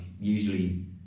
usually